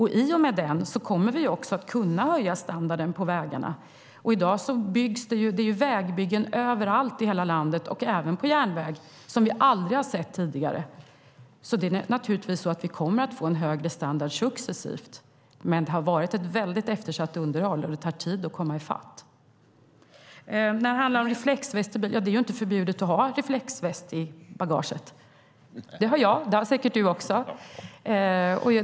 I och med den kommer vi också att kunna höja standarden på vägarna. I dag är det vägbyggen överallt i hela landet - även av järnväg - som vi aldrig har sett tidigare. Vi kommer att få en högre standard successivt. Men det har varit ett eftersatt underhåll, och det tar tid att komma i fatt. Det är inte förbjudet att ha reflexväxt i bagaget. Det har jag, och det har säkert du också.